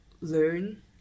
learn